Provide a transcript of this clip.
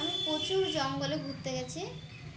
আমি প্রচুর জঙ্গলে ঘুরতে গেছি